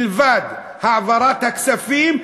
מלבד העברת הכספים,